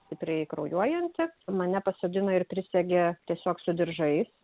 stipriai kraujuojantį mane pasodino ir prisegė tiesiog su diržais